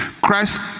Christ